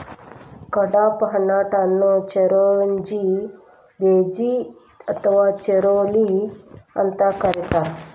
ಕಡ್ಪಾಹ್ನಟ್ ಅನ್ನು ಚಿರೋಂಜಿ ಬೇಜ ಅಥವಾ ಚಿರೋಲಿ ಅಂತ ಕರೇತಾರ